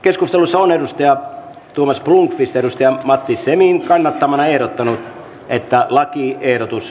keskustelussa on thomas blomqvist matti semin kannattamana ehdottanut että lakiehdotus